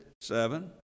seven